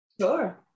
Sure